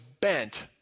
bent